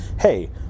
hey